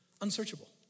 Unsearchable